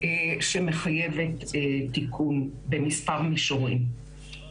שמחייבת תיקון במספר מישורים.